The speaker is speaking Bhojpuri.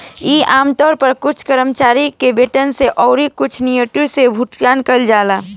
इ आमतौर पर कुछ कर्मचारी के वेतन से अउरी कुछ नियोक्ता से भुगतान कइल जाला